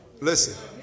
listen